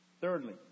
Thirdly